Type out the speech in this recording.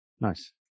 Nice